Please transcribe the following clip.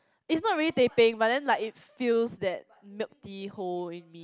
it's not really teh peng but then like it fills that milk tea hole in me